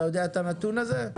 אתה יודע את הנתון הזה?